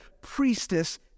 priestess